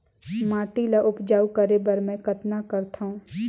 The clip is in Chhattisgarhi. माटी ल उपजाऊ करे बर मै कतना करथव?